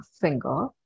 finger